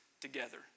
together